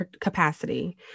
capacity